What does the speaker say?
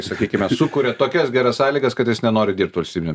sakykime sukuria tokias geras sąlygas kad jis nenori dirbt valstybiniam